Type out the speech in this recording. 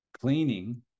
cleaning